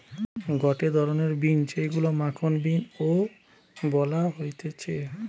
গটে ধরণের বিন যেইগুলো মাখন বিন ও বলা হতিছে